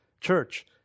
church